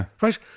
Right